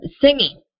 singing